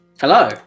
Hello